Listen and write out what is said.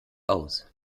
aus